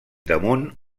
damunt